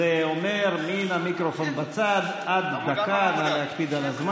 אז אמרנו: תמיכה בהורים עובדים לילדים בגיל הרך.